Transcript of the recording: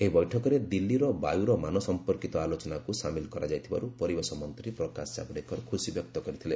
ଏହି ବୈଠକରେ ଦିଲ୍ଲୀର ବାୟୁର ମାନକ ସମ୍ପର୍କୀତ ଆଲୋଚନାକୁ ସାମିଲ କରାଯାଇଥିବାରୁ ପରିବେଶ ମନ୍ତ୍ରୀ ପ୍ରକାଶ ଜାଭଡେକର ଖୁସି ବ୍ୟକ୍ତ କରିଥିଲେ